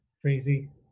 crazy